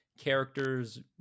characters